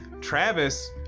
Travis